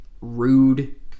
rude